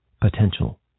potential